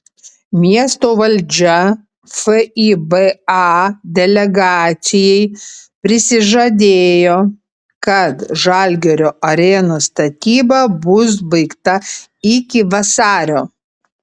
miesto valdžia fiba delegacijai prisižadėjo kad žalgirio arenos statyba bus baigta iki vasario